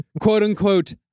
quote-unquote